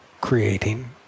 creating